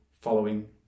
following